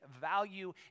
value